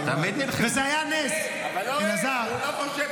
הוא לא חושב